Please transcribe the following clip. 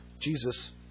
Jesus